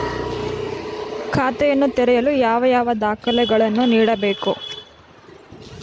ಖಾತೆಯನ್ನು ತೆರೆಯಲು ಯಾವ ಯಾವ ದಾಖಲೆಗಳನ್ನು ನೀಡಬೇಕು?